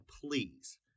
please